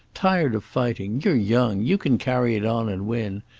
tired of fighting. you're young. you can carry it on, and win.